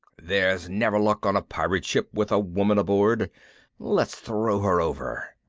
there's never luck on a pirate ship with a woman aboard let's throw her over.